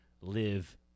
live